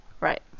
Right